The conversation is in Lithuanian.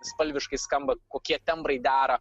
spalviškai skamba kokie tembrai dera